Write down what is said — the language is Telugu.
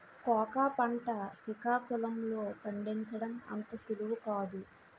కోకా పంట సికాకుళం లో పండించడం అంత సులువు కాదు